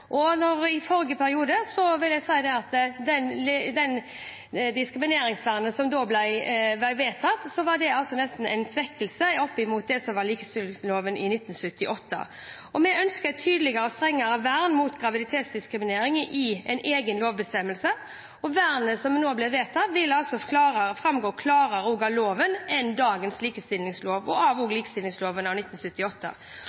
gravide. Når vi vet at det er der de blir mest diskriminert, har det vært viktig for regjeringen å tydeliggjøre dette i lovverket. Angående forrige periode vil jeg si at det diskrimineringsvernet som da ble vedtatt, nesten var en svekkelse sammenlignet med likestillingsloven av 1978. Vi ønsker et tydeligere og strengere vern mot graviditetsdiskriminering i en egen lovbestemmelse, og vernet som nå blir vedtatt, vil altså framgå klarere av loven enn av dagens likestillingslov og